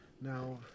now